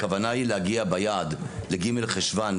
הכוונה היא להגיע ביעד ל-ג' חשון,